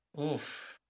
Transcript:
Oof